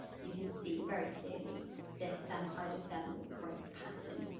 you can see very clearly there's some hydrothermal growth pattern.